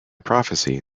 prophecy